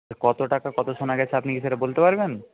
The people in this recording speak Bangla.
তা কত টাকা কত সোনা গেছে আপনি কি সেটা বলতে পারবেন